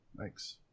Thanks